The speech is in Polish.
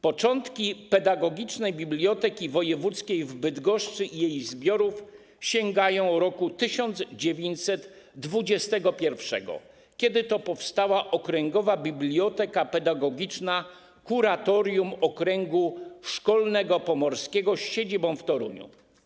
Początki Pedagogicznej Biblioteki Wojewódzkiej w Bydgoszczy i jej zbiorów sięgają roku 1921, kiedy to powstała Okręgowa Biblioteka Pedagogiczna Kuratorium Okręgu Szkolnego Pomorskiego z siedzibą w Toruniu.